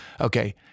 Okay